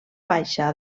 baixa